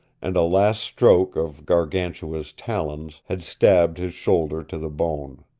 and a last stroke of gargantua's talons had stabbed his shoulder to the bone.